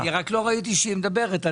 אני רק לא ראיתי שהיא מדברת.